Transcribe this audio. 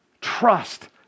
Trust